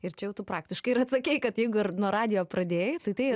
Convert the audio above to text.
ir čia jau tu praktiškai ir atsakei kad jeigu ir nuo radijo pradėjai tai tai